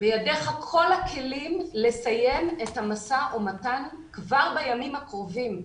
בידיך כל הכלים לסיים את המשא ומתן כבר בימים הקרובים.